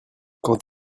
quand